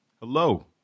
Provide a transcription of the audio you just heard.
hello